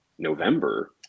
November